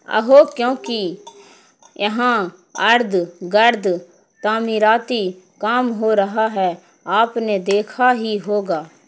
آہو کیونکہ یہاں اردگرد تعمیراتی کام ہو رہا ہے آپ نے دیکھا ہی ہوگا